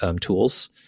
tools